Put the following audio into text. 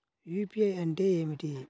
UPI అంటే ఏమిటీ?